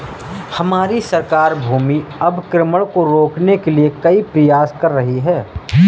हमारी सरकार भूमि अवक्रमण को रोकने के लिए कई प्रयास कर रही है